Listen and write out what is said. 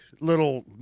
little